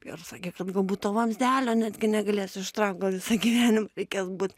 ir sakė kad galbūt to vamzdelio netgi negalės ištraukt gal visą gyvenim reikės būt